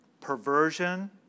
perversion